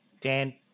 Dan